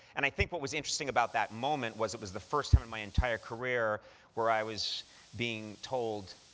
and i think what was interesting about that moment was it was the first time in my entire career where i was being told